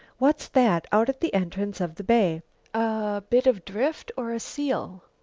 what's that out at the entrance of the bay a bit of drift or a seal?